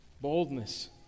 Boldness